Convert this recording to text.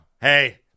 Hey